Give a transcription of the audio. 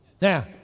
Now